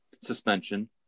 suspension